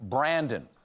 Brandon